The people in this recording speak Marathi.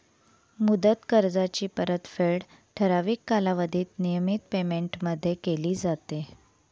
मुदत कर्जाची परतफेड ठराविक कालावधीत नियमित पेमेंटमध्ये केली जाते